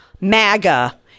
MAGA